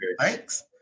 Thanks